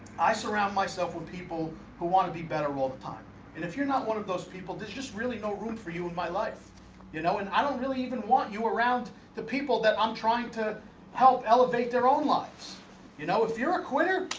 i surround myself with people who want to be better all the time and if you're not one of those people there's just really no room for you in my life know and i don't really even want you around the people that i'm trying to help elevate their own lives you know if you're a quitter.